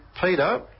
Peter